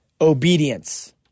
obedience